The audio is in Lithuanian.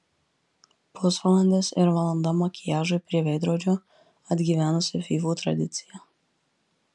pusvalandis ir valanda makiažui prie veidrodžio atgyvenusi fyfų tradicija